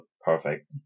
perfect